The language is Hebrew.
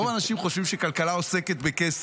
רוב האנשים חושבים שכלכלה עוסקת בכסף,